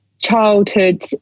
childhood